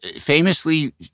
famously